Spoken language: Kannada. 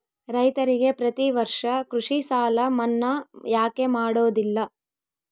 ರೈತರಿಗೆ ಪ್ರತಿ ವರ್ಷ ಕೃಷಿ ಸಾಲ ಮನ್ನಾ ಯಾಕೆ ಮಾಡೋದಿಲ್ಲ?